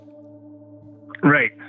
Right